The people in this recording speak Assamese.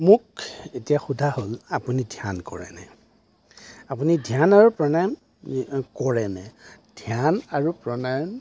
মোক এতিয়া সোধা হ'ল আপুনি ধ্যান কৰেনে আপুনি ধ্যান আৰু প্ৰাণায়াম কৰেনে ধ্যান আৰু প্ৰাণায়াম